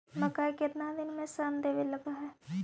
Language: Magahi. मकइ केतना दिन में शन देने लग है?